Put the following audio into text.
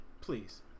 Please